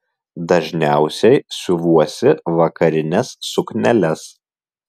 dažniausiai siuvuosi vakarines sukneles